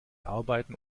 arbeiten